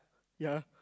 ya